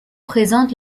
présentent